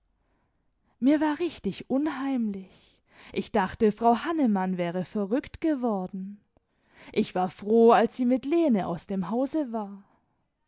mir war richtig unheimlich ich dachte frau hannemann wäre verrückt geworden ich war froh als sie mit lene aus dem hause war